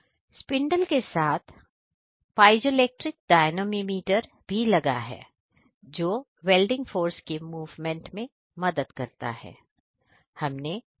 spindle के साथ piezoelectric dynamometer भी लगाया है जो वेल्डिंग फोर्स के मूवमेंट में मदद करता है